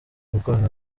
gukorana